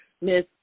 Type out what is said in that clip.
Miss